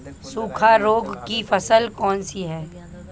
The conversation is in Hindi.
सूखा रोग की फसल कौन सी है?